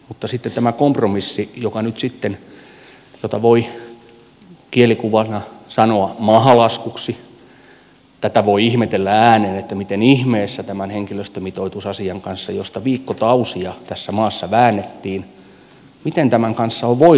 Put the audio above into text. mutta sitten tätä kompromissia jota voi kielikuvalla sanoa mahalaskuksi voi ihmetellä ääneen miten ihmeessä tämän henkilöstömitoitusasian kanssa josta viikkokausia tässä maassa väännettiin on voinut käydä näin